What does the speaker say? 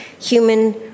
Human